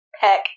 peck